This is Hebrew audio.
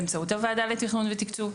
באמצעות הוועדה לתכנון ותקצוב,